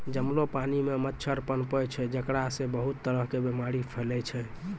जमलो पानी मॅ मच्छर पनपै छै जेकरा सॅ बहुत तरह के बीमारी फैलै छै